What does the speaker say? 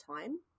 time